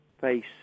face